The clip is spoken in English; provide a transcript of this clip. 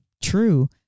true